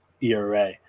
ERA